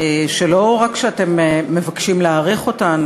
שלא רק שאתם מבקשים להאריך את תוקפן,